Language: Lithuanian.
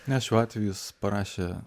ne šiuo atveju jis parašė